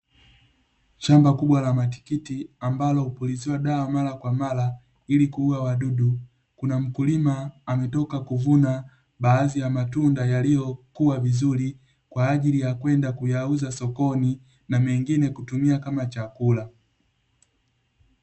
Shamba kubwa la matikiti ambalo hupuliziwa dawa mara kwa mara ili kuua wadudu. Kuna mkulima ametoka kuvuna baadhi ya matunda yaliyokua vizuri kwa ajili ya kwenda kuyauza sokoni, na mengine kutumia kama chakula.